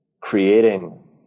creating